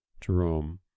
Jerome